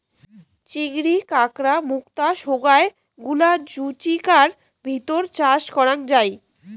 চিংড়ি, কাঁকড়া, মুক্তা সোগায় গুলা জুচিকার ভিতর চাষ করাং হই